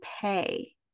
pay